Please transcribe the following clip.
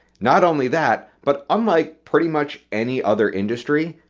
not only that, but unlike pretty much any other industry,